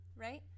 Right